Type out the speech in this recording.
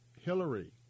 Hillary